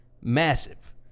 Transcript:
massive